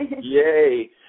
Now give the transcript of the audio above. Yay